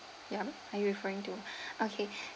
ya are you referring okay